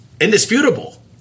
indisputable